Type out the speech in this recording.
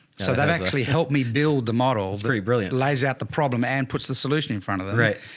so that actually helped me build the models. very brilliant. lays out the problem and puts the solution in front of them. right.